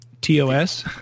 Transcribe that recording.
TOS